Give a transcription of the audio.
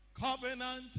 covenant